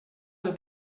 del